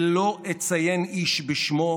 לא אציין איש בשמו,